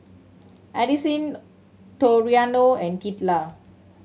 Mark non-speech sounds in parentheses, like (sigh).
Addisyn Toriano and (unintelligible)